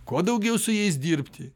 kuo daugiau su jais dirbti